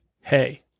hey